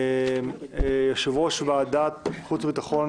יושב-ראש ועדת חוץ וביטחון